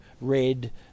red